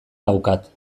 daukat